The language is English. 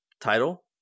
title